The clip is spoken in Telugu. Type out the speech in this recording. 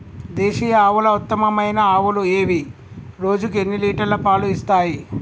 దేశీయ ఆవుల ఉత్తమమైన ఆవులు ఏవి? రోజుకు ఎన్ని లీటర్ల పాలు ఇస్తాయి?